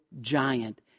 giant